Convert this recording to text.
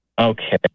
Okay